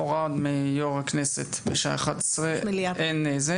הוראה מיושב ראש הכנסת לסיים את הדיון